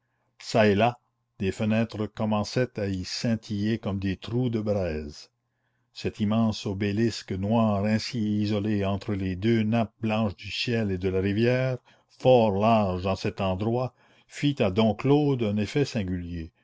des fenêtres commençaient à y scintiller comme des trous de braise cet immense obélisque noir ainsi isolé entre les deux nappes blanches du ciel et de la rivière fort large en cet endroit fit à dom claude un effet singulier